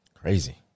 Crazy